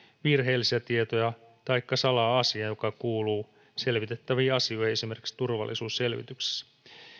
virheellisiä tietoja taikka salaa asian joka kuuluu selvitettäviin asioihin esimerkiksi turvallisuusselvityksessä